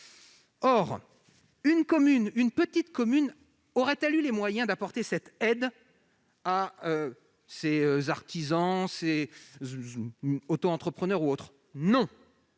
Une petite commune aurait-elle eu les moyens d'apporter cette aide à ses artisans, à ses autoentrepreneurs ou autres ? Non !